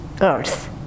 earth